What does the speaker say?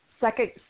second